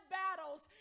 battles